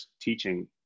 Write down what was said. teaching